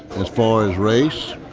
as far as race,